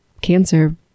cancer